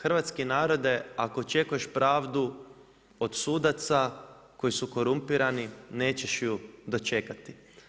Hrvatske narode, ako očekuješ pravdu od udica, koji su korumpirani, nećeš ju dočekati.